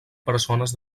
persones